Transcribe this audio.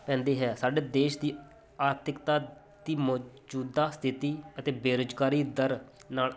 ਪੈਂਦੀ ਹੈ ਸਾਡੇ ਦੇਸ਼ ਦੀ ਆਰਥਿਕਤਾ ਦੀ ਮੌਜੂਦਾ ਸਥਿਤੀ ਅਤੇ ਬੇਰੁਜ਼ਗਾਰੀ ਦਰ ਨਾਲ